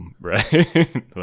right